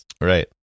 Right